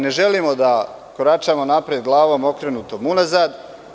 Ne želimo da koračamo napred glavom okrenutom unazad.